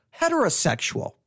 heterosexual